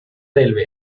railway